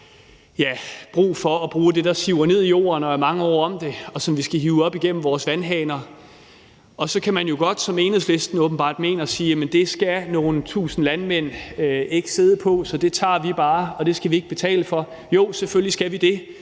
bruge det, der siver ned i jorden og er mange år om det, og som vi skal hive op igennem vores vandhaner. Så kan man jo godt, hvilket Enhedslisten åbenbart mener, sige, at det skal nogle tusind landmænd ikke sidde på, så det tager vi bare, og det skal vi ikke betale for. Jo, selvfølgelig skal vi det,